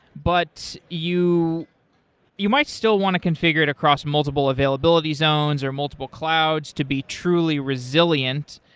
but you you might still want to configure it across multiple availability zones or multiple clouds to be truly resilient.